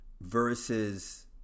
versus